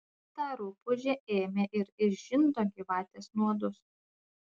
ta rupūžė ėmė ir išžindo gyvatės nuodus